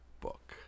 book